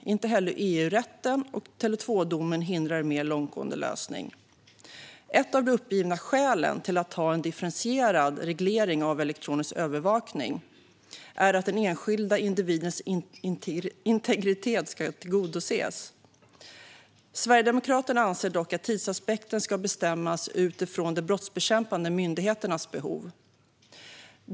Inte heller EU-rätten och Tele 2-domen hindrar en mer långtgående lösning. Ett av de uppgivna skälen till att ha en differentierad reglering av elektronisk övervakning är att den enskilda individens integritet ska tillgodoses. Sverigedemokraterna anser dock att tidsaspekten ska bestämmas utifrån de brottsbekämpande myndigheternas behov.